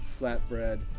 flatbread